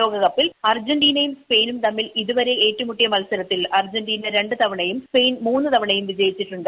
ലോകകപ്പിൽ അർജന്റീനയും സ്പെയിനും തമ്മിൽപൂള്ളതുവരെ ഏറ്റുമുട്ടിയ മത്സരത്തിൽ അർജന്റീന രണ്ട് ത്വ്വണ്യും സ്പെയിൻ മൂന്ന് തവണയും വിജയിച്ചിട്ടുണ്ട്